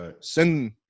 sin